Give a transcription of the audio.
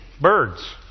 Birds